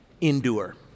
Endure